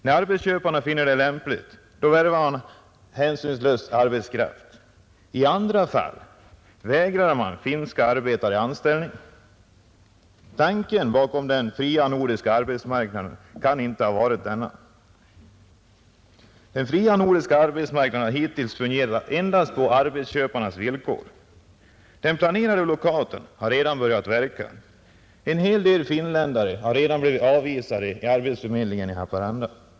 När arbetsköparna finner det lämpligt värvar de hänsynslöst arbetskraft. I andra fall vägrar man finska arbetare anställning. Tanken bakom den fria nordiska arbetsmarknaden kan inte ha varit denna. Den fria nordiska arbetsmarknaden har hittills fungerat endast på arbetsköparnas villkor. Den planerade lockouten har redan börjat verka; en hel del finländare har blivit avvisade vid arbetsförmedlingen i Haparanda.